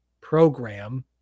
program